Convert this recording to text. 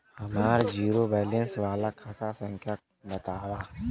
हमार zero balance वाला खाता संख्या वतावा?